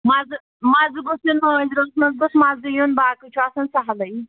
مَزٕ مَزٕ گوٚژھ یُن مٲنٛزِ رٲژ منٛز گوٚژھ مَزٕ یُن باقٕے چھُ آسان سَہلٕے